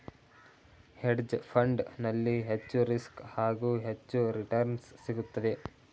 hedge fund ನಲ್ಲಿ ಹೆಚ್ಚು risk, ಹಾಗೂ ಹೆಚ್ಚು ರಿಟರ್ನ್ಸ್ ಸಿಗುತ್ತದೆ